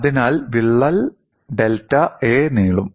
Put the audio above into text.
അതിനാൽ വിള്ളൽ delta A നീളും